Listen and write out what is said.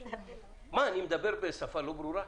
מה, אני מדבר בשפה לא ברורה?